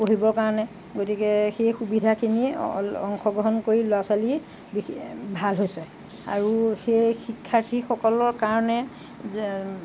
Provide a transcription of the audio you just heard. পঢ়িবৰ কাৰণে গতিকে সেই সুবিধাখিনি অংশগ্ৰহণ কৰি ল'ৰা ছোৱালী ভাল হৈছে আৰু সেই শিক্ষাৰ্থীসকলৰ কাৰণে